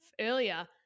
earlier